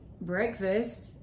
breakfast